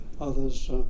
others